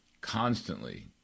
constantly